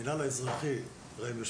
המינהל האזרחי וגם הרווחה,